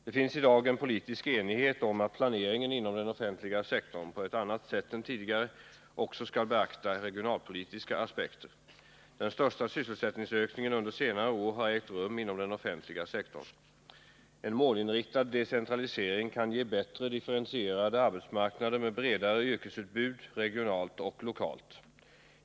Det finns i dag en politisk enighet om att planeringen inom den offentliga sektorn på ett annat sätt än tidigare också skall beakta regionalpolitiska aspekter. Den största sysselsättningsökningen under senare år har ägt rum inom den offentliga sektorn. En målinriktad decentralisering kan ge bättre differentierade arbetsmarknader med bredare yrkesutbud regionalt och lokalt.